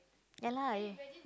ya lah !aiyo!